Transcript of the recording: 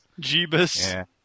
Jeebus